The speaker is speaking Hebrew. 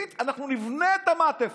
אנחנו נבנה את המעטפת.